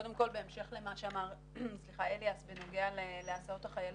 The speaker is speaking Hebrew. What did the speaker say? קודם כל בהמשך למה שאמר אליאס בנוגע להסעות החיילים,